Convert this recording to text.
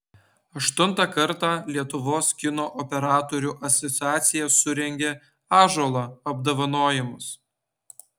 aštuntą kartą lietuvos kino operatorių asociacija surengė ąžuolo apdovanojimus